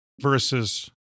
versus